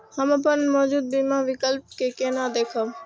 हम अपन मौजूद बीमा विकल्प के केना देखब?